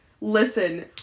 Listen